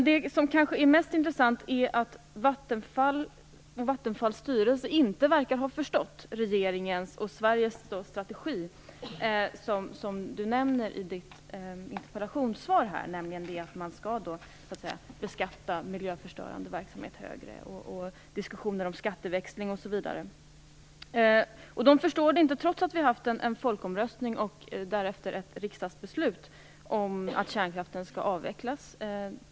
Det som kanske är mest intressant är att Vattenfalls styrelse inte verkar ha förstått regeringens och Sveriges strategi, som Anna Lindh nämner i sitt interpellationssvar, nämligen att man skall beskatta miljöförstörande verksamhet högre och föra diskussioner om skatteväxling, osv. Styrelsen förstår inte det, trots att vi har haft en folkomröstning och därefter ett riksdagsbeslut om att kärnkraften skall avvecklas.